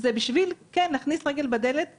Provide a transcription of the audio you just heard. זה כן כדי להכניס רגל בדלת בשמם,